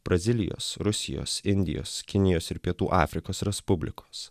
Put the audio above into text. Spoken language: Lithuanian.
brazilijos rusijos indijos kinijos ir pietų afrikos respublikos